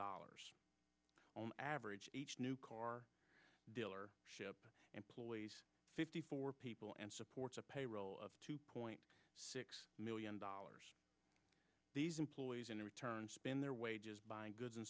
dollars on average each new car dealer ship employees fifty four people and supports a payroll of two point six million dollars these employees in return spend their wages buying goods and